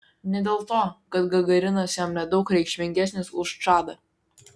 ne dėl to kad gagarinas jam nedaug reikšmingesnis už čadą